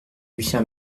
lucien